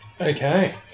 Okay